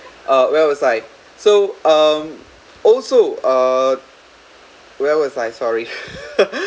uh where was I so um also uh where was I sorry